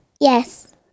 Yes